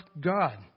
God